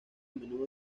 menudo